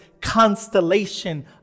constellation